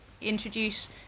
introduce